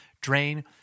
drain